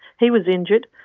he was injured.